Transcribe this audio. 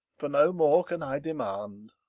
for no more can i demand.